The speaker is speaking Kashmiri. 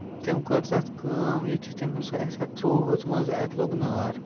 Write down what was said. تٔمۍ کٔر تَتھ کٲم یِتھٕے تٔمۍ سُہ ایٚسِڑ تروو ہُتھ مَنٛز اَتہِ لوٛگ نار